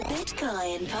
Bitcoin